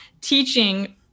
teaching